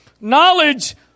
Knowledge